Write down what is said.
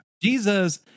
Jesus